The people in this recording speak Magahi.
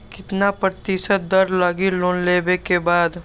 कितना प्रतिशत दर लगी लोन लेबे के बाद?